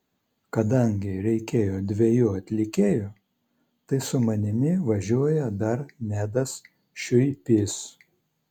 kadangi reikėjo dviejų atlikėjų tai su manimi važiuoja dar nedas šiuipys